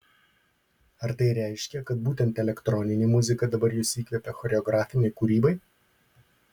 ar tai reiškia kad būtent elektroninė muzika dabar jus įkvepia choreografinei kūrybai